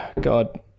God